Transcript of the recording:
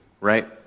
right